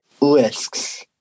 lists